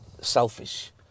selfish